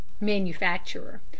Manufacturer